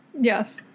Yes